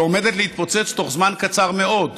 שעומדת להתפוצץ בתוך זמן קצר מאוד,